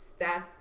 stats